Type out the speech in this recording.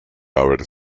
haber